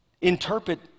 interpret